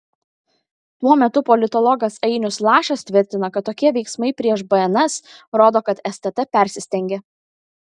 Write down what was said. tuo metu politologas ainius lašas tvirtina kad tokie veiksmai prieš bns rodo kad stt persistengė